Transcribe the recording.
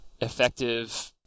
effective